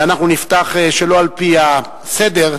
ואנחנו נפתח שלא על-פי הסדר,